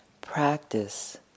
practice